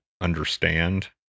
understand